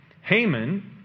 Haman